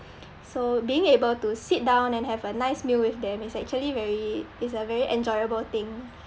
a lot of them are working so being able to sit down and have a nice meal with them is actually very it's a very enjoyable thing